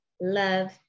love